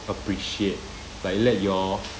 appreciate like let your